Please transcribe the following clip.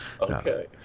okay